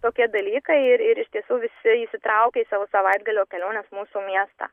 tokie dalykai ir ir iš tiesų visi įsitraukia į savo savaitgalio keliones mūsų miestą